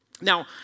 Now